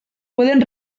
pueden